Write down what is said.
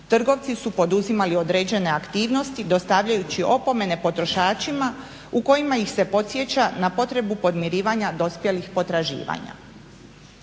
trgovci su poduzimali određene aktivnosti dostavljajući opomene potrošačima u kojima ih se podsjeća na potrebu podmirivanja dospjelih potraživanja.